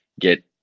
get